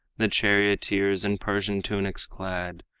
the charioteers in persian tunics clad,